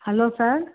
hello sir